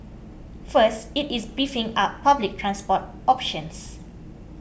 first it is beefing up public transport options